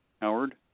Howard